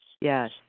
Yes